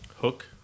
Hook